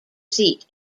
seat